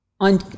on